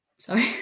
sorry